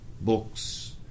books